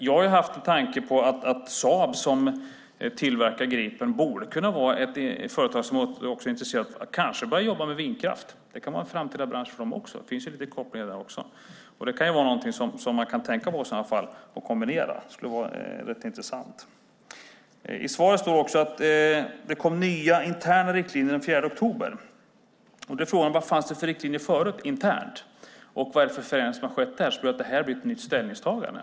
Jag har haft en tanke på att Saab som tillverkar Gripen borde kunna vara ett företag som också är intresserat av att kanske börja jobba med vindkraft. Det kan vara en framtida bransch för dem också. Det finns lite kopplingar där. Det kan vara någonting som man kan tänka på i så fall och kombinera. Det skulle vara rätt intressant. I svaret står det också att det kom nya interna riktlinjer den 4 oktober. Frågan är vilka riktlinjer som fanns förut internt och vilken förändring som har skett där som gör att det blir ett nytt ställningstagande.